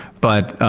but,